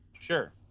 Sure